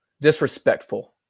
disrespectful